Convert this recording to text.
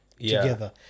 together